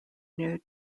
near